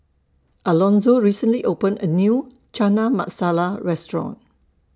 Alonzo recently opened A New Chana Masala Restaurant